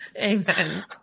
Amen